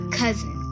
cousin